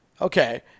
Okay